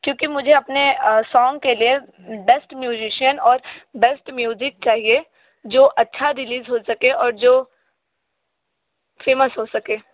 क्योंकि मुझे अपने सॉन्ग के लिए बेस्ट म्यूज़िशियन और बेस्ट म्यूज़िक चाहिए जो अच्छा रिलीज़ हो सके और जो फेमस हो सके